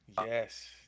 yes